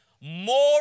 more